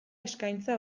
eskaintza